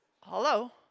Hello